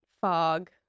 fog